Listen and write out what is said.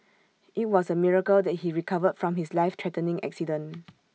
IT was A miracle that he recovered from his life threatening accident